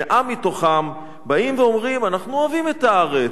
100 מתוכם באים ואומרים: אנחנו אוהבים את הארץ,